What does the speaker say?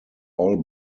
all